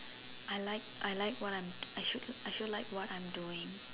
I like I like what I am I should like what I'm doing